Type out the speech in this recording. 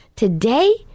Today